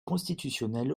constitutionnel